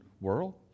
world